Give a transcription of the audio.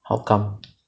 how come